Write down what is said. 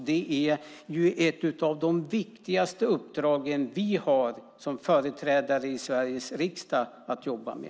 Det är ett av de viktigaste uppdrag vi som företrädare i Sveriges riksdag har att jobba med.